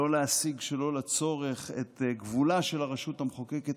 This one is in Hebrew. לא להשיג שלא לצורך את גבולה של הרשות המחוקקת,